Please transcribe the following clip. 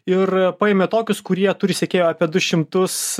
ir paėmė tokius kurie turi sekėjų apie du šimtus